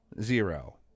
zero